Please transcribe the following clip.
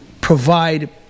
provide